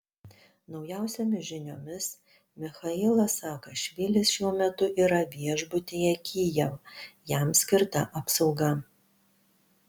naujausiomis žiniomis michailas saakašvilis šiuo metu yra viešbutyje kijev jam skirta apsauga